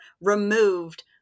removed